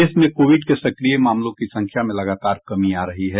देश में कोविड के सक्रिय मामलों की संख्या में लगातार कमी आ रही है